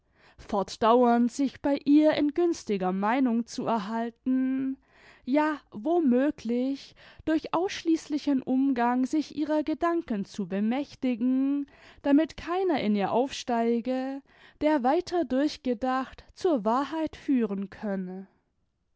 fortdauernd sich bei ihr in günstiger meinung zu erhalten ja wo möglich durch ausschließlichen umgang sich ihrer gedanken zu bemächtigen damit keiner in ihr aufsteige der weiter durchgedacht zur wahrheit führen könne